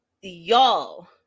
y'all